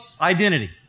identity